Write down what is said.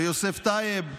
ויוסף טייב.